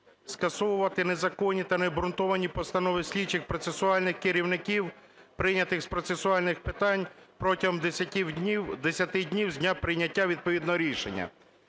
"скасовувати незаконні та необґрунтовані постанови слідчих процесуальних керівників, прийнятих з процесуальних питань протягом 10 днів з дня прийняття відповідного рішення".